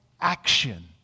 action